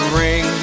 ring